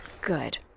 Good